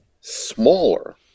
smaller